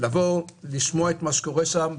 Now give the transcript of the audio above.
לשמוע את מה שקורה שם.